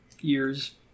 years